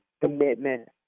commitment